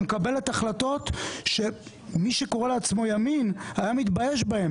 שמקבלת החלטות שמי שקורא לעצמו ימין היה מתבייש בה.